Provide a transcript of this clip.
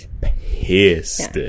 pissed